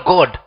God